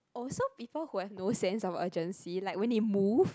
oh so people who have no sense of urgency like when it move